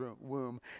womb